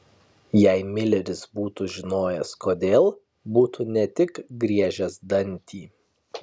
jei mileris būtų žinojęs kodėl būtų ne tik griežęs dantį